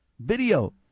video